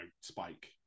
Spike